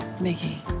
Mickey